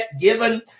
given